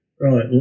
Right